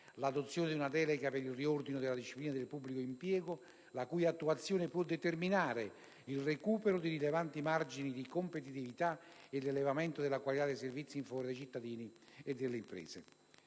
all'adozione di una delega per il riordino della disciplina del pubblico impiego, la cui attuazione può determinare il recupero di rilevanti margini di competitività ed un elevamento della qualità dei servizi in favore dei cittadini e delle imprese.